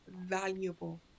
valuable